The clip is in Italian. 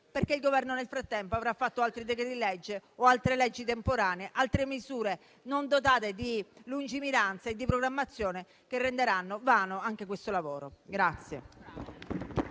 perché il Governo, nel frattempo, avrà fatto altri decreti-legge, altre leggi temporanee o altre misure non dotate di lungimiranza e di programmazione, che renderanno vano anche questo lavoro.